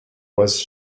was